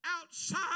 outside